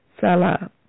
Salah